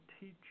teacher